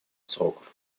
сроков